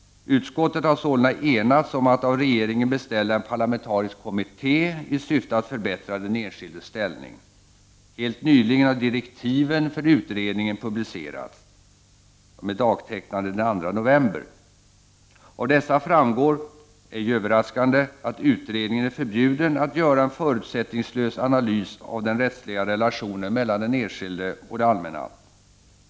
Utskottet har sålunda enats om att av regeringen beställa en parlamentarisk kommitté i syfte att förbättra den enskildes ställning. Helt nyligen har direktiven för utredningen publicerats; de är dagtecknade den 2 november. Av dessa framgår — ej överraskande — att utredningen är förbjuden att göra en förutsättningslös analys av den rättsliga relationen mellan den enskilde och det allmänna.